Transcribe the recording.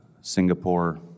Singapore